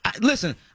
Listen